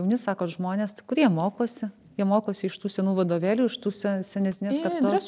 jauni sakot žmonės kur jie mokosi jie mokosi iš tų senų vadovėlių iš tų se senesnės kartos